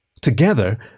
Together